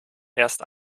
erst